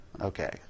okay